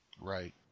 Right